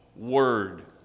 Word